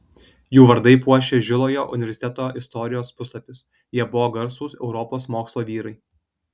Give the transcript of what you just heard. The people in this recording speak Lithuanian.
jų vardai puošia žilojo universiteto istorijos puslapius jie buvo garsūs europos mokslo vyrai